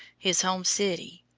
his home city.